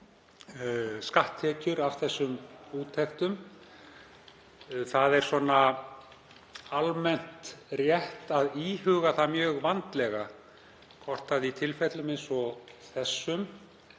skatttekjur af þessum úttektum. Það er almennt rétt að íhuga mjög vandlega tilfelli eins og þessi,